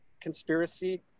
conspiracy